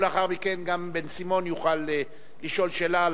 ולאחר מכן גם בן-סימון יוכל לשאול שאלה,